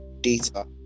data